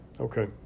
Okay